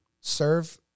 serve